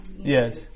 Yes